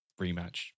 rematch